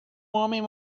homem